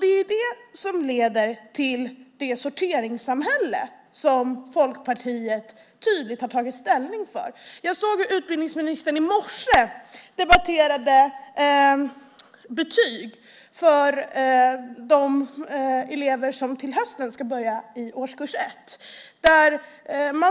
Det är det som leder till det sorteringssamhälle som Folkpartiet tydligt har tagit ställning för. Jag såg att utbildningsministern i morse debatterade betyg för de elever som till hösten ska börja i årskurs 1.